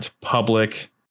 public